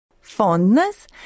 Fondness